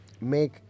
make